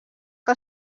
que